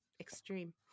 extreme